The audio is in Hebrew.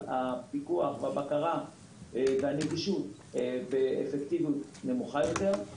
הפיקוח, הבקרה והנגישות הם באפקטיביות נמוכה יותר.